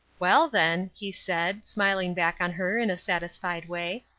well, then, he said, smiling back on her in a satisfied way,